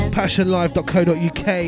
passionlive.co.uk